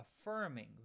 affirming